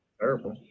Terrible